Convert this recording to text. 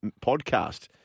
podcast